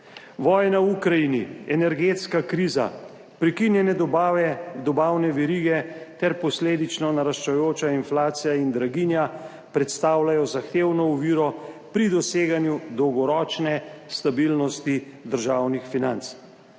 vojna v Ukrajini, energetska kriza, prekinjene dobavne verige ter posledično naraščajoča inflacija in draginja predstavljajo zahtevno oviro pri doseganju dolgoročne stabilnosti državnih financ.